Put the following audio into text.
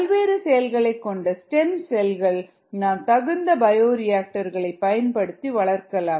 பல்வேறு செயல்களைக் கொண்ட ஸ்டெம் செல்களை நாம் தகுந்த பயோரியாக்டர்களை பயன்படுத்தி வளர்க்கலாம்